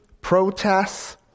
protests